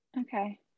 Okay